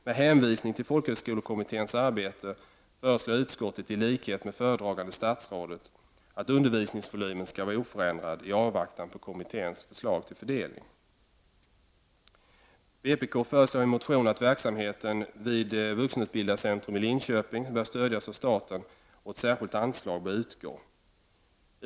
Med hänvisning till folkhögskolekommitténs arbete föreslår utsku-tet i likhet med föredragande statsrådet att undervisningsvolymen skall vara oförändrad i avvaktan på kommitténs förslag till fördelning. Vpk föreslår i en motion att verksamheten vid Vuxenutbildarcentrum i Linköping bör stödjas av staten och att ett särskilt anslag skall utgå.